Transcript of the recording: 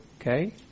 Okay